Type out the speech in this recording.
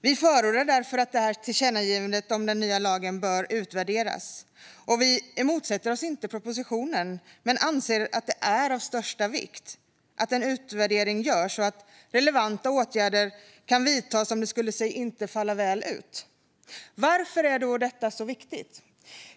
Vi förordar att lagen utvärderas i enlighet med tillkännagivandet. Vi motsätter oss inte propositionen men anser att det är av största vikt att en utvärdering görs och att relevanta åtgärder kan vidtas om det inte skulle falla väl ut. Varför är då detta så viktigt?